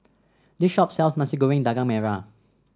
this shop sells Nasi Goreng Daging Merah